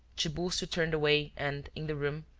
tiburcio turned away and in the room,